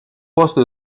poste